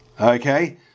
okay